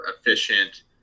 efficient